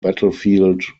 battlefield